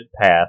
path